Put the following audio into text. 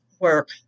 work